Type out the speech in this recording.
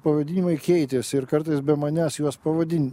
pavadinimai keitėsi ir kartais be manęs juos pavadin